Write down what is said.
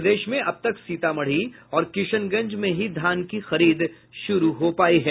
प्रदेश में अब तक सीतामढ़ी और किशनगंज में ही धान की खरीद शुरू हो पायी है